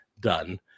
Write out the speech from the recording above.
done